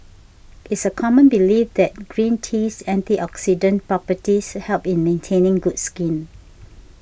it's a common belief that green tea's antioxidant properties help in maintaining good skin